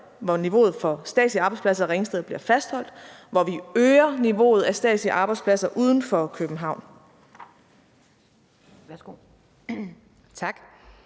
hvor niveauet for statslige arbejdspladser i Ringsted bliver fastholdt, og hvor vi øger niveauet af statslige arbejdspladser uden for København.